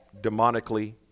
demonically